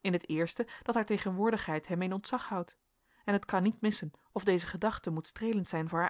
in het eerste dat haar tegenwoordigheid hem in ontzag houdt en het kan niet missen of deze gedachte moet streelend zijn voor